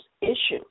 issues